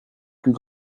plus